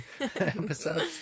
episodes